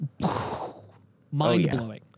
mind-blowing